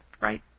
right